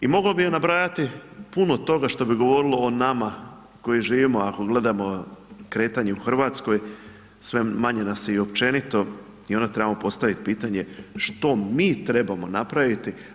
I mogao bi ja nabrajati puno toga što bi govorilo o nama koji živimo, ako gledamo kretanje u Hrvatskoj, sve manje nas je i općenito i onda trebamo postaviti pitanje što mi trebamo napraviti.